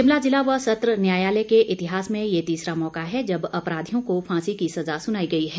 शिमला जिला व सत्र न्यायालय के इतिहास में ये तीसरा मौका है जब अपराधियों को फांसी की सजा सुनाई गई है